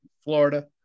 Florida